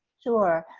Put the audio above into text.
sure.